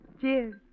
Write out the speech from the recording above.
Cheers